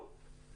זאת